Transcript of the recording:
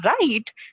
right